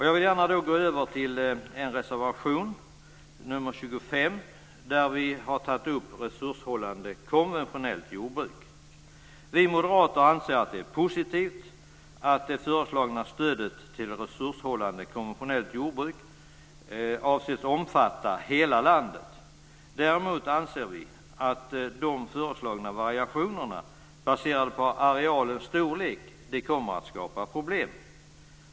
Jag går över till reservation nr 25, där vi tar upp stödet till resurshållande konventionellt jordbruk. Vi moderater anser att det är positivt att det föreslagna stödet till resurshållande konventionellt jordbruk avses omfatta hela landet. Däremot anser vi att de föreslagna variationerna baserade på arealens storlek kommer att skapa problem.